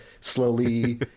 slowly